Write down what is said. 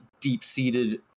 deep-seated